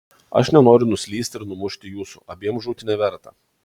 aš nenoriu nuslysti ir numušti jūsų abiem žūti neverta